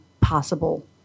possible